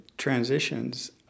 transitions